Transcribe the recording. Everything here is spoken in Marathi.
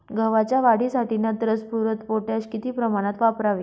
गव्हाच्या वाढीसाठी नत्र, स्फुरद, पोटॅश किती प्रमाणात वापरावे?